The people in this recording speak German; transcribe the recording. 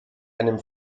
einem